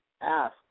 Ask